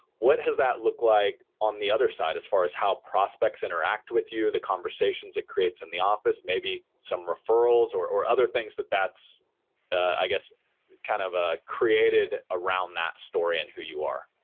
what has that look like on the other side as far as how prospects interact with you, the conversations it creates in the office, maybe some referrals or or other things that that i guess kind of ah created around that story and who you are.